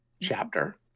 chapter